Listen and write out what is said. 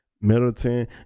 Middleton